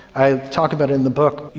i talk about it in the book.